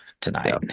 tonight